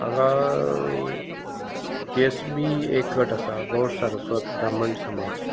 हांगा जीएसबी एक गट आसा गौड सारस्वत ब्राह्मण समाज